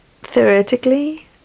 theoretically